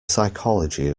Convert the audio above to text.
psychology